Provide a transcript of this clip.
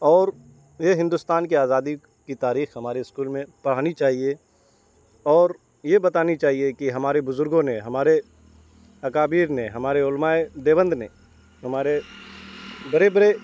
اور یہ ہندوستان کی آزادی کی تاریخ ہمارے اسکول میں پڑھانی چاہیے اور یہ بتانی چاہیے کہ ہمارے بزرگوں نے ہمارے اکابر نے ہمارے علماء دیوبند نے ہمارے بڑے بڑے